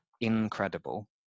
incredible